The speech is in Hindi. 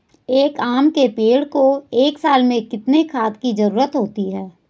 एक आम के पेड़ को एक साल में कितने खाद की जरूरत होती है?